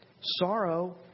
sorrow